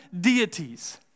deities